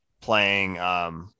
playing –